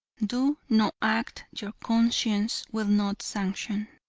do no act your conscience will not sanction.